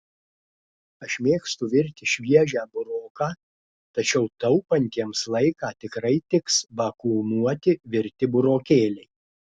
aš mėgstu virti šviežią buroką tačiau taupantiems laiką tikrai tiks vakuumuoti virti burokėliai